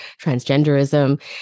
transgenderism